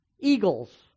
Eagles